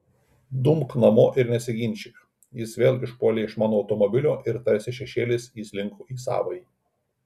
dumk namo ir nesiginčyk jis vėl išpuolė iš mano automobilio ir tarsi šešėlis įslinko į savąjį